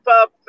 up